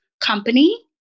company